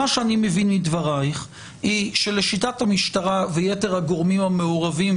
מה שאני מבין מדברייך הוא שלשיטת המשטרה ויתר הגורמים המעורבים